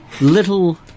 little